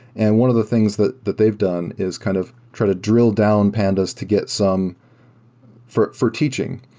and one of the things that that they've done is kind of try to drill down pandas to get some for for teaching,